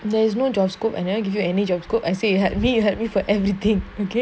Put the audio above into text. there is no job scope and I'll give you an age of group I said you had when you have me for everything and keep it clean